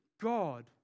God